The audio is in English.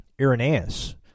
Irenaeus